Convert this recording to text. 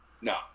No